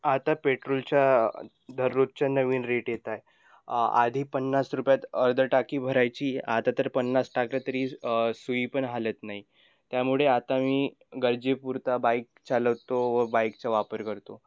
आता पेट्रोलच्या दररोजच्या नवीन रेट येत आहे आधी पन्नास रुपयात अर्ध टाकी भरायची आता तर पन्नास टाकलं तरी सुई पण हालत नाही त्यामुळे आता मी गरजेपुरता बाईक चालवतो व बाईकचा वापर करतो